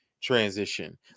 transition